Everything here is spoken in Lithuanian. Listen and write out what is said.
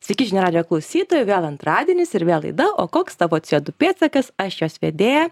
sveiki žinių radijo klausytojai vėl antradienis ir vėl laida o koks tavo cė o du pėdsakas aš jos vedėja